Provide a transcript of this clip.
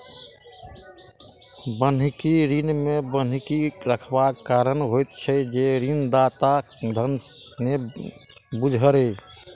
बन्हकी ऋण मे बन्हकी रखबाक कारण होइत छै जे ऋणदाताक धन नै बूड़य